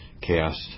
cast